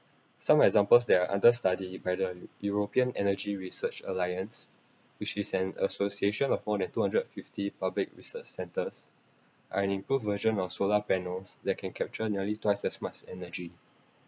some examples there under study by the european energy research alliance which is an association of more than two hundred fifty public research centres an improved version of solar panels that can capture nearly twice as much energy